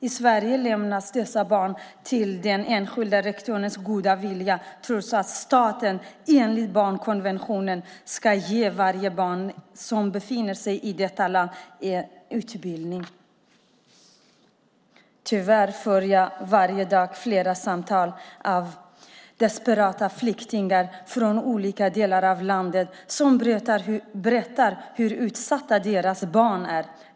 I Sverige är det upp till den enskilda rektorns goda vilja om dessa barn ska få gå i skolan, trots att staten enligt barnkonventionen ska se till att alla barn som befinner sig i detta land får utbildning. Tyvärr får jag varje dag flera samtal från desperata flyktingar i olika delar av landet som berättar hur utsatta deras barn är.